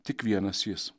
tik vienas jis